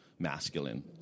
masculine